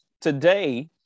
today